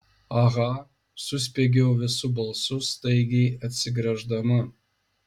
aha suspiegiau visu balsu staigiai atsigręždama